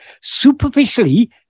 Superficially